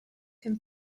pum